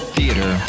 Theater